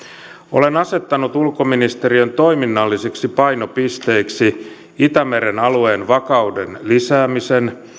olen asettanut ulkoministeriön toiminnallisiksi painopisteiksi itämeren alueen vakauden lisäämisen